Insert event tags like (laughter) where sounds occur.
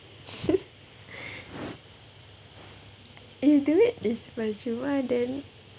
(laughs) if duit is percuma then